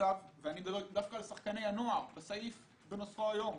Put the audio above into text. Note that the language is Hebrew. אני מדבר על שחקני הנוער, בסעיף בנוסחו היום,